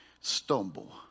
stumble